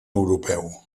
europeu